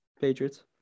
Patriots